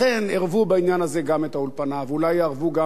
ואולי יערבו גם גורמים אחרים כדי להסית,